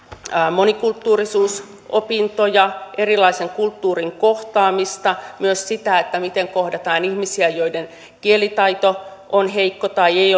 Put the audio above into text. monikulttuurisuusopintoja erilaisen kulttuurin kohtaamista myös sitä miten kohdataan ihmisiä joiden kielitaito on heikko tai joiden kanssa ei